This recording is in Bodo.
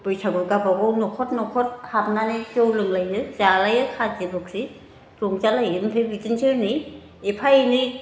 बैसागुआव गावबा गाव न'खर न'खर हाबनानै जौ लोंलायो जालायो खाजि बुख्रि रंजालायो ओमफ्राय बिदिनोसै हनै एफा एनै